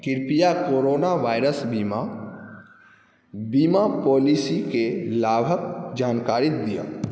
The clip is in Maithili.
कृपया कोरोना वायरस बीमा बीमा पॉलिसीके लाभक जानकारी दिअ